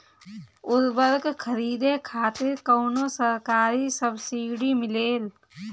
उर्वरक खरीदे खातिर कउनो सरकारी सब्सीडी मिलेल?